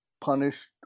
punished